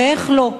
איך לא?